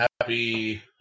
Happy